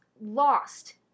lost